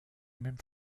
même